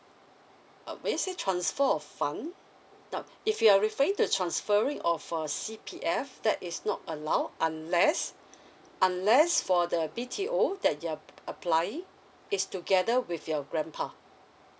uh when you say transfer of fund now if you're referring to transferring of a C_P_F that is not allowed unless unless for the B_T_O that you're applying is together with your grandpa